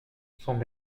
son